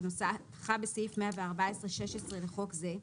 כנוסחה בסעיף 114(16) לחוק זה,